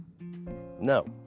No